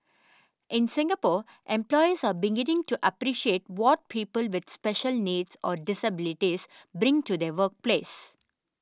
in Singapore employers are beginning to appreciate what people with special needs or disabilities bring to the workplace